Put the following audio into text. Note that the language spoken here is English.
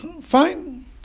Fine